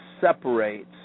separates